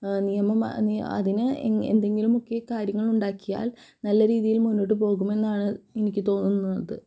നിയമം അ അതിന് എന് എന്തെങ്കിലും മുഖ്യ കാര്യങ്ങളുണ്ടാക്കിയാൽ നല്ല രീതിയിൽ മുന്നോട്ട് പോകുമെന്നാണ് എനിക്ക് തോന്നുന്നത്